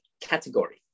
category